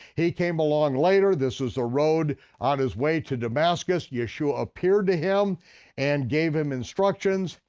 he came along later, this is a road on his way to damascus, yeshua appeared to him and gave him instructions,